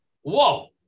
Whoa